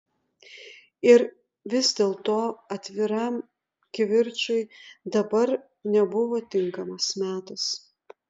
ir vis dėlto atviram kivirčui dabar nebuvo tinkamas metas